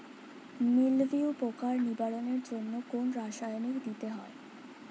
মিলভিউ পোকার নিবারণের জন্য কোন রাসায়নিক দিতে হয়?